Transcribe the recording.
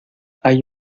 hay